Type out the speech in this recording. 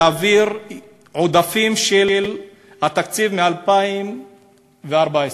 להעביר עודפים של התקציב מ-2014.